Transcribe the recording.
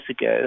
ago